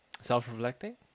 Self-reflecting